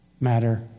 matter